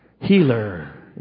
healer